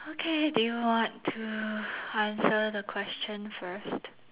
okay do you want to answer the question first